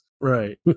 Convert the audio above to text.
Right